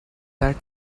that